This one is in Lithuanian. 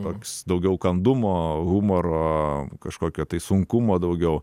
toks daugiau kandumo humoro kažkokio tai sunkumo daugiau